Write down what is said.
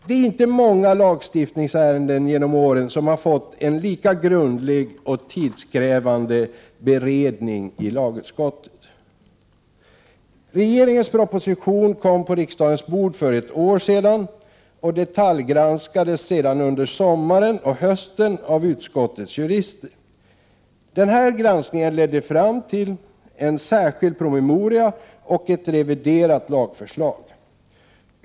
Det är inte många lagstiftningsärenden genom åren som har fått en lika grundlig och tidskrävande beredning i lagutskottet. Regeringens proposition kom på riksdagens bord för ett år sedan och detaljgranskades sedan under sommaren och hösten av utskottets jurister. Denna granskning ledde fram till en särskild promemoria och ett reviderat lagförslag.